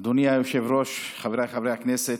אדוני היושב-ראש, חבריי חברי הכנסת,